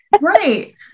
Right